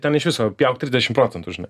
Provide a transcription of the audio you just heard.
ten iš viso pjauk trisdešim procentų žinai